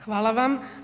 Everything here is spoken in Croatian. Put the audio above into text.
Hvala vam.